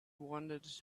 wanted